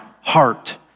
heart